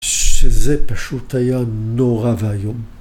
שזה פשוט היה נורא ואיום.